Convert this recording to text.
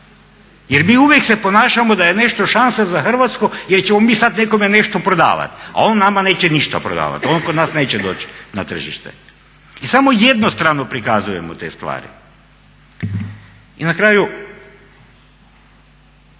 Jer mi uvijek se ponašamo da je nešto šansa za Hrvatsku jer ćemo mi sada nekome nešto prodavati, a on nama neće ništa prodavati, on kod nas neće doći na tržište. I samo jednostrano prikazujemo te stvari. I na kraju,